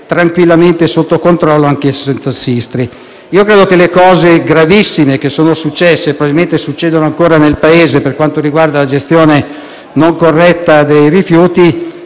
tranquillamente sotto controllo anche senza il Sistri. Io credo che le cose gravissime che sono accadute, e che probabilmente accadono ancora nel Paese per quanto riguarda la gestione non corretta dei rifiuti